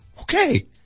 okay